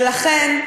ולכן,